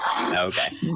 okay